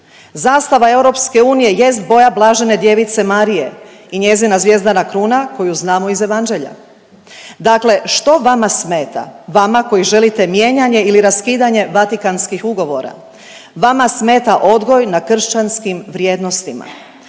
Zastava EU jest boja blažene djevice Marije i njezina zvjezdana kruna koju znamo iz evanđelja. Dakle, što vama smeta, vama koji želite mijenjanje ili raskidanje Vatikanskih ugovora. Vama smeta odgoj na kršćanskim vrijednostima,